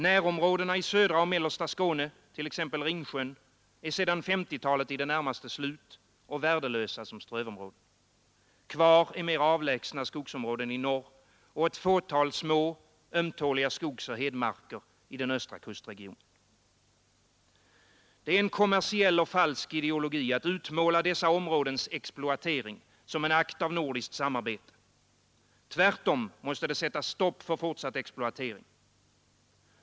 Närområdena i södra och mellersta Skåne, t.ex. Ringsjön, är sedan 1950-talet i det närmaste slut och värdelösa som strövområden. Kvar är mer avlägsna skogsområden i norr och ett fåtal små ömtåliga skogsoch hedmarker i den östra kustregionen. Det är en kommersiell och falsk ideologi att utmåla dessa områdens exploatering som en akt av nordiskt samarbete. Tvärtom måste det sättas stopp för fortsatt exploatering.